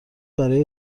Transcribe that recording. برای